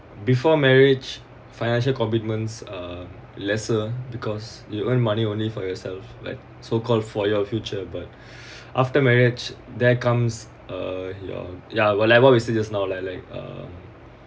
before marriage financial commitments uh lesser because you earn money only for yourself like so call for your future but after marriage there comes a your ya what level of you say just now like like uh